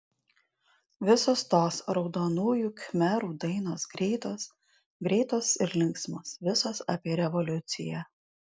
visos tos raudonųjų khmerų dainos greitos greitos ir linksmos visos apie revoliuciją